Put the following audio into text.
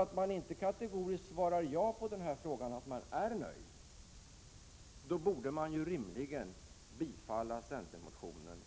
Om man inte kategoriskt svarar ja, borde man rimligen bifalla centermotionens